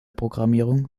programmierung